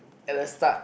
at the start